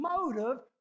motive